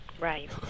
Right